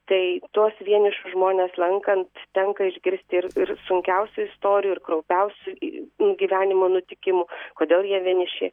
tai tuos vienišus žmones lankant tenka išgirsti ir ir sunkiausių istorijų ir kraupiausių i gyvenimo nutikimų kodėl jie vieniši